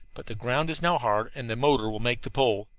but the ground is now hard and the motor will make the pull.